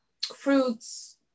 fruits